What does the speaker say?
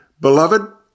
Beloved